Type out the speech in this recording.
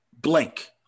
blink